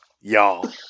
Y'all